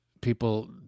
People